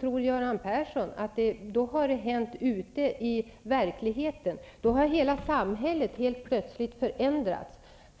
Tror Göran Persson att det då hände något även ute i verkligheten, att hela samhället helt plötsligt förändrades